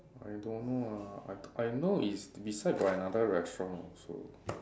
I don't know ah I I know is beside got another restaurant also